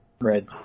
Red